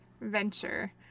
venture